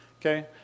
okay